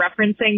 referencing